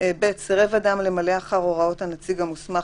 2א ו־3 יהיו נתונות לנציג המוסמך,